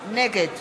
נגד